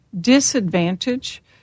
disadvantage